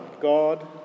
God